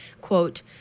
quote